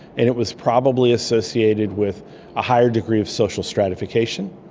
and it was probably associated with a higher degree of social stratification,